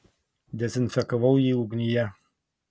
dezinfekavau jį ugnyje